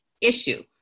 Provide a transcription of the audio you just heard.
issue